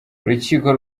urukiko